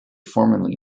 formerly